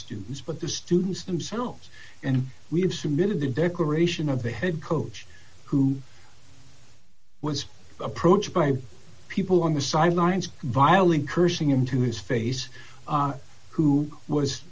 students but the students themselves and we have submitted the declaration of the head coach who was approached by people on the sidelines vilely cursing him to his face who was